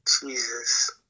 Jesus